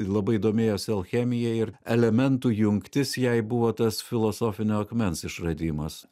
labai domėjosi alchemija ir elementų jungtis jai buvo tas filosofinio akmens išradimas